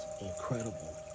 incredible